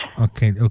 Okay